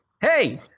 Hey